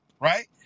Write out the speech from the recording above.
right